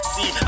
See